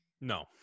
No